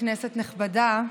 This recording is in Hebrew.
כנסת נכבדה,